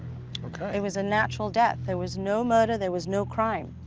okay. it was a natural death. there was no murder. there was no crime.